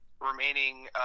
remaining